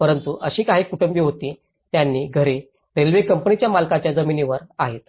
परंतु अशी काही कुटुंबे होती ज्यांची घरे रेल्वे कंपनीच्या मालकीच्या जमिनीवर आहेत